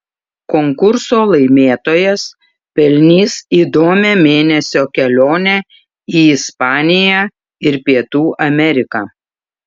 konkurso laimėtojas pelnys įdomią mėnesio kelionę į ispaniją ir pietų ameriką